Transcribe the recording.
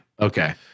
okay